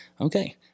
okay